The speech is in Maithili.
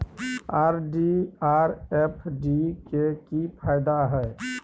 आर.डी आर एफ.डी के की फायदा हय?